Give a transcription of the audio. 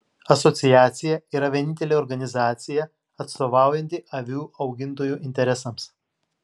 asociacija yra vienintelė organizacija atstovaujanti avių augintojų interesams